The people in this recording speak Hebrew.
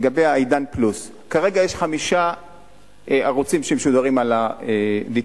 לגבי ה"עידן פלוס" כרגע יש חמישה ערוצים שמשודרים על ה-DTT.